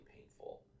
painful